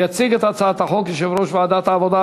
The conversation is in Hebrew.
יציג את הצעת החוק יושב-ראש ועדת העבודה,